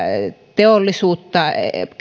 teollisuutta